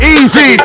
Easy